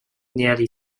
nearly